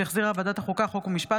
שהחזירה ועדת החוקה, חוק ומשפט.